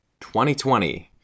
2020